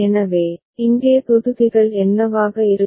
எனவே இங்கே தொகுதிகள் என்னவாக இருக்கும்